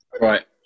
Right